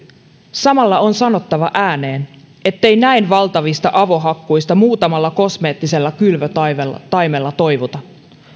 samalla on sanottava ääneen ettei näin valtavista avohakkuista muutamalla kosmeettisella kylvötaimella toivuta